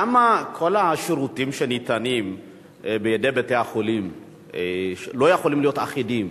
למה כל השירותים שניתנים בבתי-החולים לא יכולים להיות אחידים,